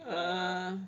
err